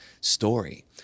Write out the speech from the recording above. story